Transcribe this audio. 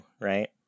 right